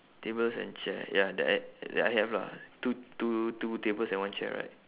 tables and chair ya that I that I have lah two two two tables and one chair right